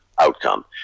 outcome